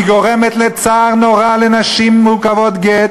היא גורמת לצער נורא לנשים מעוכבות גט,